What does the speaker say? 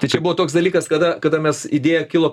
tai čia buvo toks dalykas kada kada mes idėja kilo